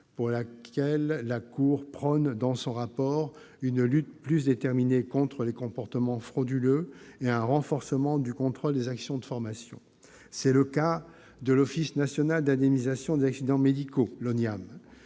pour laquelle la Cour prône, dans son rapport, une lutte plus déterminée contre les comportements frauduleux et un renforcement du contrôle des actions de formation. C'est le cas également pour ce qui concerne l'Office national d'indemnisation des accidents médicaux, l'ONIAM,